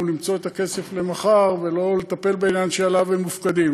למצוא את הכסף למחר ולא לטפל בעניין שעליו הן מופקדות,